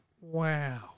Wow